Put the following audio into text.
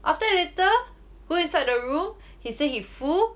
after that later go inside the room he say he full